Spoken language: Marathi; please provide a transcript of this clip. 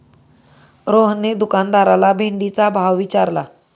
रोहनने दुकानदाराला भेंडीचा भाव विचारला